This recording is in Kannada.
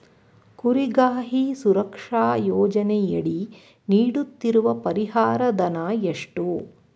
ಕುರಿಗಾಹಿ ಸುರಕ್ಷಾ ಯೋಜನೆಯಡಿ ನೀಡುತ್ತಿರುವ ಪರಿಹಾರ ಧನ ಎಷ್ಟು?